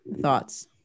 Thoughts